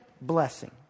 blessing